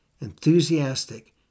enthusiastic